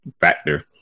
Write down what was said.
factor